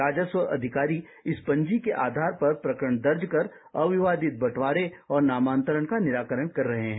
राजस्व अधिकारी इस पंजी के आधार पर प्रकरण दर्ज कर अविवादित बंटवारे और नामांतरण का निराकरण कर रहे हैं